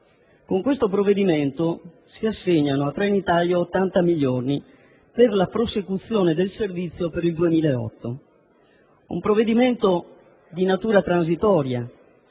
Con questo provvedimento si assegnano a Trenitalia 80 milioni per la prosecuzione del servizio per il 2008. Si tratta di un provvedimento di natura transitoria